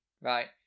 right